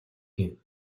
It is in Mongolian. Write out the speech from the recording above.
гэв